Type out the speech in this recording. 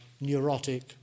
neurotic